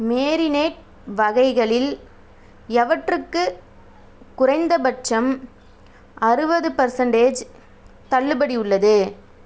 marinate வகைகளில் எவற்றுக்கு குறைந்தபட்சம் அறுபது பர்சன்டேஜ் தள்ளுபடி உள்ளது